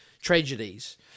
tragedies